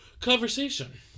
Conversation